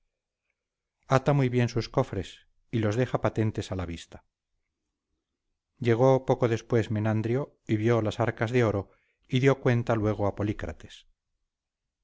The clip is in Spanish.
ata muy bien sus cofres y los deja patentes a la vista llegó poco después menandrio vio las arcas de oro y dio cuenta luego a